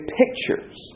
pictures